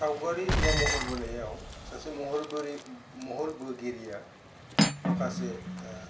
सावगारि बा महर बोनायाव सासे महर बोगिरिया माखासे